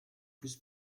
plus